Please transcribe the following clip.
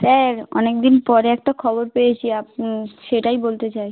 sir অনেক দিন পরে একটা খবর পেয়েছি সেটাই বলতে চাই